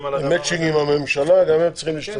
מצ'ינג עם הממשלה, גם הם צריכים להשתתף בזה.